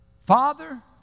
Father